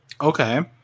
Okay